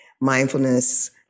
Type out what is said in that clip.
mindfulness